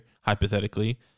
hypothetically